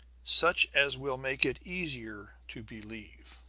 such as will make it easier to believe.